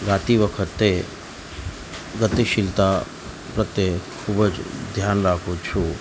ગાતી વખતે ગતિશીલતા પ્રત્યે ખૂબ જ ધ્યાન રાખું છું